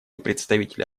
представителя